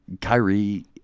Kyrie